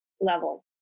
level